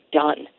done